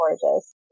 gorgeous